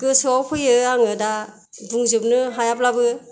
गोसोयाव फैयो आङो दा बुंजोबनो हायाब्लाबो